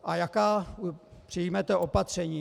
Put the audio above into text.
A jaká přijmete opatření.